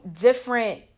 different